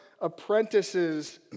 apprentices